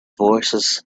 voicesand